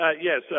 Yes